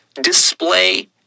display